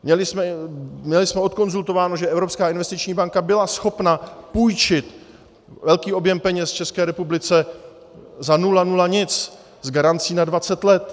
Měli jsme odkonzultováno, že Evropská investiční banka byla schopna půjčit velký objem peněz České republice za nula nula nic s garancí na dvacet let.